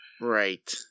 Right